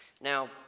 Now